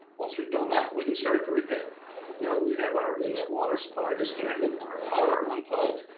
once we've done that, we can start the repair. now, that we have our inlet water supply disconnected and our power unplugged,